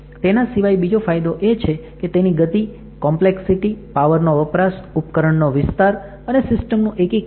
તેના સિવાય બીજો ફાયદો એ છે કે તેની ગતિ કોમ્પ્લેક્સિટી પાવર નો વપરાશ ઉપકરણ નો વિસ્તાર અને સિસ્ટમ નું એકીકરણ